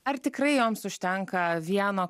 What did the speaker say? ar tikrai joms užtenka vieno